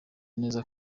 neza